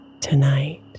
tonight